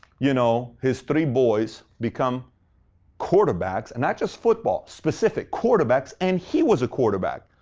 you know, his three boys become quarterbacks, and not just football, specific quarterbacks, and he was a quarterback.